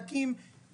תקים,